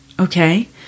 Okay